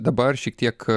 dabar šiek tiek